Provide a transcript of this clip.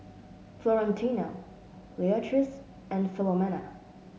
Florentino Leatrice and Philomena